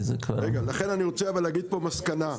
לכן אני רוצה להגיד פה מסקנה,